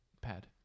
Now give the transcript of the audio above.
pad